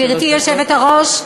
גברתי היושבת-ראש,